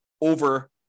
over